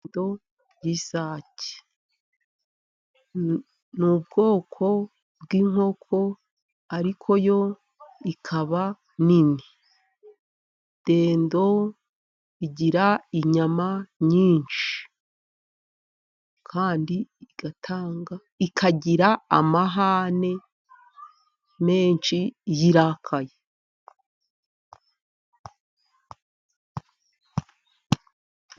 Dendo y'isake, ni ubwoko bw'inkoko ariko yo ikaba nini. Dendo igira inyama nyinshi, kandi ikagira amahane menshi iyo irakaye.